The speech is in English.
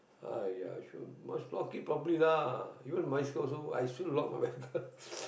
!aiya! shoul~g must lock it properly lah even bicycle also I still lock my bicycle